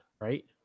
right